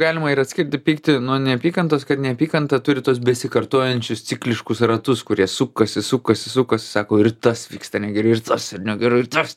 galima ir atskirti pyktį nuo neapykantos kad neapykanta turi tuos besikartojančius cikliškus ratus kurie sukasi sukasi sukasi sako ir tas vyksta negerai ir tas ir negerai ir tas